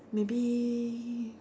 maybe